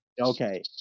Okay